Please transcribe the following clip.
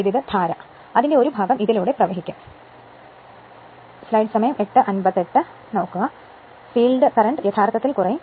വൈദ്യുതധാരയുടെ ഒരു ഭാഗം ഇതിലൂടെ ഒഴുകാൻ കഴിയും റഫർ സമയം 0858 ഫീൽഡ് കറന്റ് യഥാർത്ഥത്തിൽ കുറയും